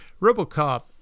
Robocop